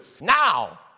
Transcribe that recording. now